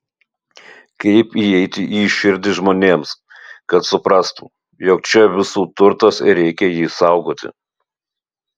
kaip įeiti į širdį žmonėms kad suprastų jog čia visų turtas ir reikia jį saugoti